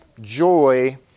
joy